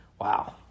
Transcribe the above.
wow